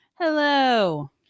Hello